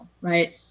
Right